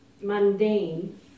mundane